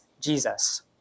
Jesus